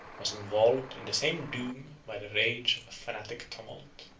was involved in the same doom by the rage of a fanatic tumult.